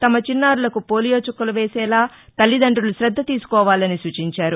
తమ చిన్నారులకు పోలియో చుక్కలు వేసేలా తల్లిదండులు శద్ద తీసుకోవాలని సూచించారు